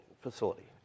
facility